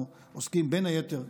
אנחנו עוסקים בין היתר,